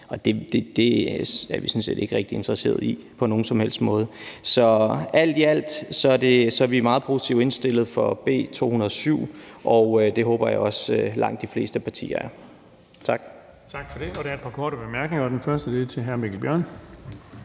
Og det er vi sådan set ikke rigtig interesseret i på nogen som helst måde. Så alt i alt er vi meget positivt indstillet over for B 207, og det håber jeg også at langt de fleste partier er. Tak.